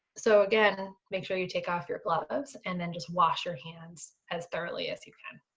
so again, make sure you take off your gloves and then just wash your hands as thoroughly as you can.